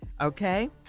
Okay